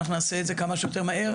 אנחנו נעשה את זה כמה שיותר מהר.